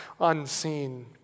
unseen